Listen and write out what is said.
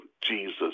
Jesus